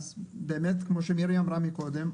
--- כמו שמירי אמרה מקודם,